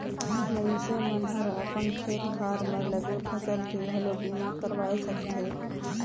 मइनसे मन हर अपन खेत खार में लगे फसल के घलो बीमा करवाये सकथे